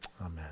Amen